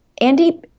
Andy